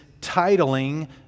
titling